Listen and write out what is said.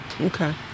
Okay